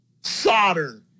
solder